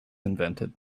invented